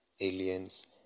aliens